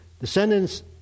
descendants